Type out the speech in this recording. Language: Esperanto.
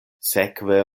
sekve